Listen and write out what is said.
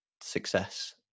success